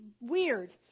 weird